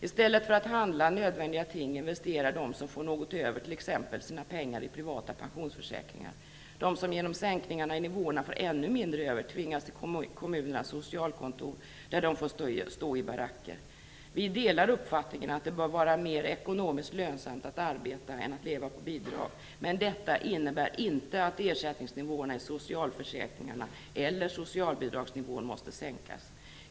I stället för att handla nödvändiga ting investerar de som får något över sina pengar i t.ex. privata pensionsförsäkringar. De som genom sänkningarna i nivåerna får ännu mindre över tvingas till kommunernas socialkontor, där de får stå i kö i baracker. Vi delar uppfattningen att det bör vara mer ekonomiskt lönsamt att arbeta än att leva på bidrag, men detta innebär inte att ersättningsnivåerna i socialförsäkringarna - eller socialbidragsnivån - måste sänkas.